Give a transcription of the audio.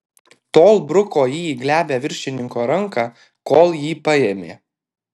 tol bruko jį į glebią viršininko ranką kol jį paėmė